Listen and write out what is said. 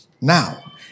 Now